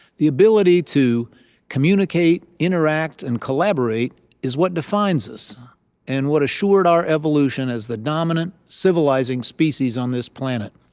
the ability to communicate, interact, and collaborate is what defines us and what assured our evolution as the dominant civilizing species on this planet.